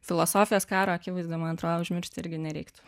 filosofijos karo akivaizdoje antrojo užmiršti irgi nereiktų